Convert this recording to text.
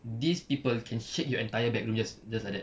these people can shape your entire backroom just just like that